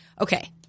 Okay